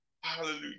Hallelujah